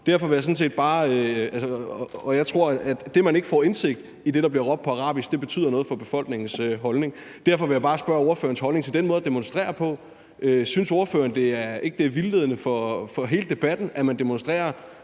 synes, det er skræmmende, og jeg tror, at det, at man ikke får indsigt i det, der bliver råbt på arabisk, betyder noget for befolkningens holdning. Derfor vil jeg bare spørge til ordførerens holdning til den måde at demonstrere på. Synes ordføreren ikke, det er vildledende for hele debatten, at man demonstrerer